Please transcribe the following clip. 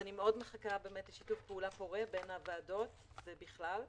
אני מחכה לשיתוף פעולה פורה בין הוועדות ובכלל.